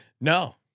No